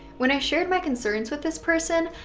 when i shared my concerns with this person,